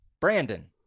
Brandon